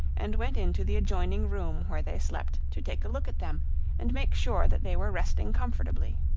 and went into the adjoining room where they slept to take a look at them and make sure that they were resting comfortably.